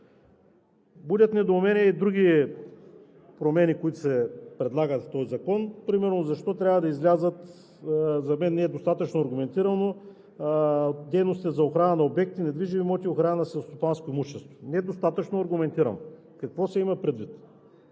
Будят недоумение и други промени, които се предлагат в този закон. Примерно защо трябва да излязат – за мен не е достатъчно аргументирано, дейностите за охрана на обекти, недвижими имоти, охрана на селскостопанско имущество? Недостатъчно аргументирано е какво се има предвид.